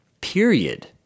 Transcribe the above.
period